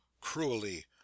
cruelly